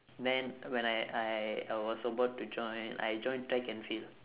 then when I I I was about to join I join track and field